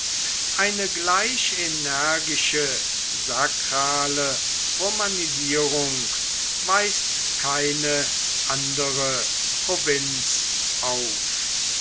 eine gleich energische sakrale romanisierung weist keine andere provinz auf